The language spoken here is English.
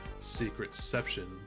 Secretception